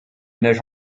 neige